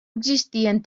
existien